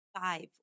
five